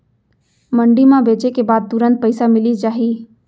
मंडी म बेचे के बाद तुरंत पइसा मिलिस जाही?